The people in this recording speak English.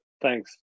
thanks